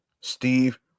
Steve